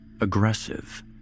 aggressive